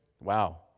Wow